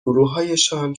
گروهایشان